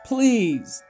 Please